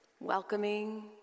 welcoming